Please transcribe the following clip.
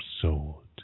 sword